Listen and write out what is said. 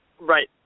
Right